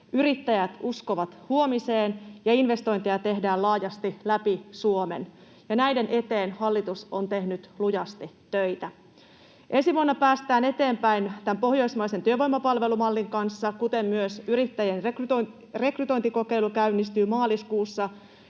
yrittäjät uskovat huomiseen ja investointeja tehdään laajasti läpi Suomen — ja näiden eteen hallitus on tehnyt lujasti töitä. Ensi vuonna päästään eteenpäin tämän pohjoismaisen työvoimapalvelumallin kanssa, ja myös yrittäjien rekrytointikokeilu käynnistyy maaliskuussa